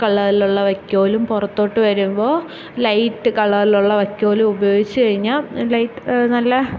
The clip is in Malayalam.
കളറിലുള്ള വൈക്കോലും പുറത്തോട്ട് വരുമ്പോള് ലൈറ്റ് കളറിലുള്ള വൈക്കോലും ഉപയോഗിച്ച് കഴിഞ്ഞാല് ലൈറ്റ് നല്ല